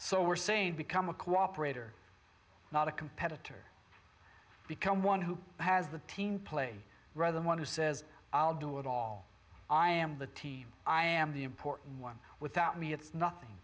so we're saying become a cooperator not a competitor become one who has the team play rather than one who says i'll do it all i am the team i am the important one without me it's nothing